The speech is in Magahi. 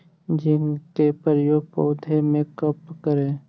जिंक के प्रयोग पौधा मे कब करे?